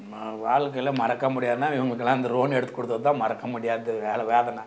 நான் வாழ்க்கையில் மறக்க முடியாதுன்னா இவங்களுக்கெல்லாம் இந்த ரோன் எடுத்துக் கொடுத்தது தான் மறக்க முடியாத வேலை வேதனை